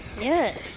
Yes